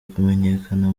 kumenyekana